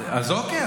אוקיי,